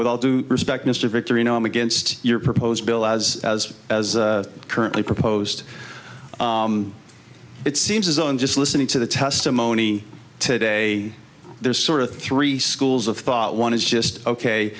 with all due respect mr victory no i'm against your proposed bill as currently proposed it seems as though in just listening to the testimony today there's sort of three schools of thought one is just ok